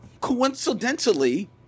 coincidentally